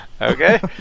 Okay